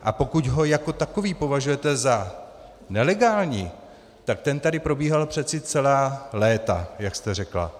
A pokud ho jako takový považujete za nelegální, tak ten tady probíhal přece celá léta, jak jste řekla.